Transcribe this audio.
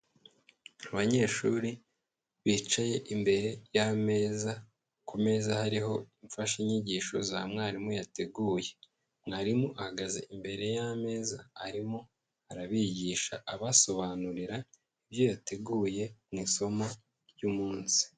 Abanyeshuri bicaye imbere y'ameza, ku meza hariho imfashanyigisho za mwarimu yateguye. Mwarimu ahagaze imbere y'ameza arimo, arabigisha abasobanurira ibyo yateguye mu isomo ry'umunsi.